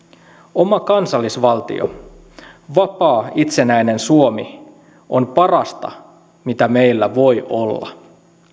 oma kansallisvaltio vapaa itsenäinen suomi on parasta mitä meillä voi olla